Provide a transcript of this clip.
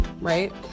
right